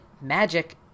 magic